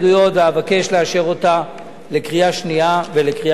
ואבקש לאשר אותה לקריאה שנייה ולקריאה שלישית.